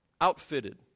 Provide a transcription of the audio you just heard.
outfitted